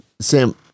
Sam